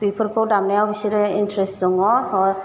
बेफोरखौ दामनायाव बिसोरो इन्टारेस्ट दङ